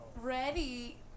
Ready